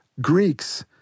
Greeks